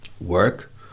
work